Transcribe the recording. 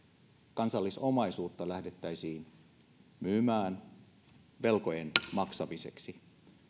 kansallisomaisuutta lähdettäisiin myymään velkojen maksamiseksi